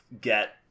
get